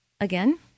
Again